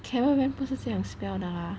eh caravan 不是这样 spell 的 lah